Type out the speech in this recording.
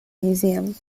museum